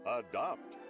adopt